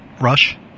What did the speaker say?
rush